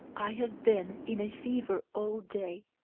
i have been in a fever all day,